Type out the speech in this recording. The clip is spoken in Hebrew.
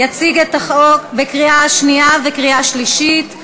קריאה שנייה וקריאה שלישית.